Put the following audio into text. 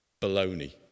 baloney